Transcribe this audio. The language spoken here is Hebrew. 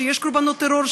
שיש קורבנות טרור,